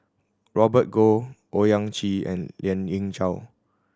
Robert Goh Owyang Chi and Lien Ying Chow